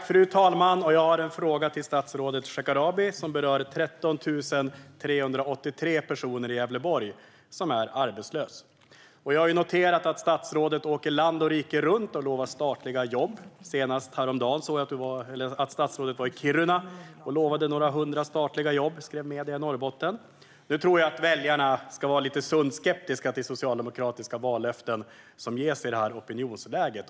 Fru talman! Jag har en fråga till statsrådet Shekarabi som berör de 13 383 personer i Gävleborgs län som är arbetslösa. Jag har noterat att statsrådet åker land och rike runt och utlovar statliga jobb. Senast häromdagen såg jag att han var i Kiruna och utlovade några hundra statliga jobb. Det skrev medierna i Norrbotten. Nu tror jag att väljarna ska vara lite sunt skeptiska till socialdemokratiska vallöften som ges i det här opinionsläget.